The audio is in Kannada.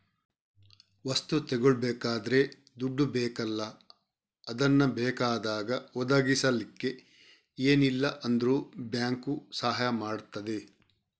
ವಸ್ತು ತಗೊಳ್ಬೇಕಾದ್ರೆ ದುಡ್ಡು ಬೇಕಲ್ಲ ಅದನ್ನ ಬೇಕಾದಾಗ ಒದಗಿಸಲಿಕ್ಕೆ ಏನಿಲ್ಲ ಅಂದ್ರೂ ಬ್ಯಾಂಕು ಸಹಾಯ ಮಾಡ್ತದೆ